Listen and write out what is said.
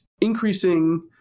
increasing